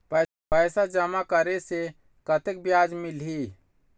पैसा जमा करे से कतेक ब्याज मिलही?